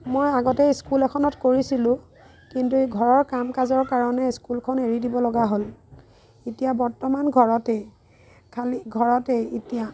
মই আগতে স্কুল এখনত কৰিছিলোঁ কিন্তু ঘৰৰ কাম কাজৰ কাৰণে স্কুলখন এৰি দিব লগা হ'ল এতিয়া বৰ্তমান ঘৰতেই খালী ঘৰতেই এতিয়া